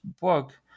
book